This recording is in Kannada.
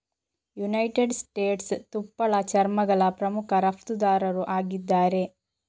ಯುನೈಟೆಡ್ ಸ್ಟೇಟ್ಸ್ ತುಪ್ಪಳ ಚರ್ಮಗಳ ಪ್ರಮುಖ ರಫ್ತುದಾರರು ಆಗಿದ್ದಾರೆ